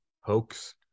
hoax